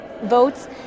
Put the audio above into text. votes